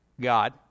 God